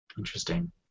Interesting